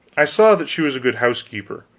i saw that she was a good housekeeper,